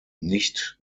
nicht